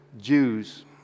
jews